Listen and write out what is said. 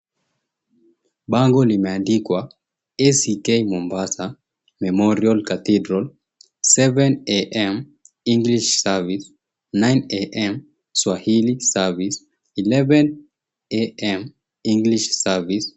Bango limeandikwa, ACK Mombasa Memorial Cathedral, 7 a.m English Service, 9 a.m Swahili Service, 11 a.m English Service.